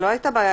לא היתה בעיה.